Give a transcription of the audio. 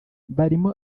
barimo